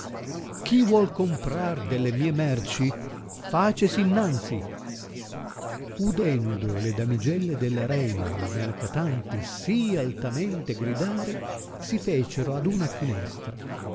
chi vuol comprar delle mie merci facesi innanzi udendo le damigelle della reina il mercatante sì altamente gridare si fecero ad una finestra